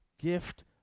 gift